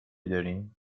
داریم